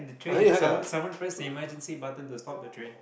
the train someone someone pressed the emergency button to stop the train